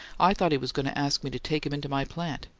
i thought he was going to ask me to take him into my plant.